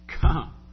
Come